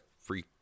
free